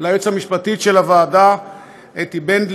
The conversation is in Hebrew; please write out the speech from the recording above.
אני רוצה